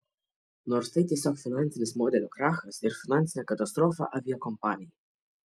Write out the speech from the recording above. nors tai tiesiog finansinis modelio krachas ir finansinė katastrofa aviakompanijai